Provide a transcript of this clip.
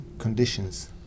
conditions